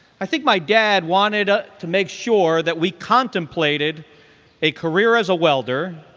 i think my dad wanted ah to make sure that we contemplated a career as a welder,